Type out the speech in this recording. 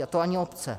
A to ani obce.